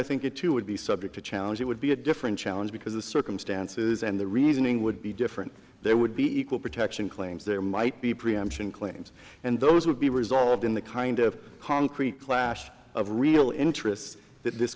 think it too would be subject to challenge it would be a different challenge because the circumstances and the reasoning would be different there would be equal protection claims there might be preemption claims and those would be resolved in the kind of concrete clash of real